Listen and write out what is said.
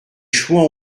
chouans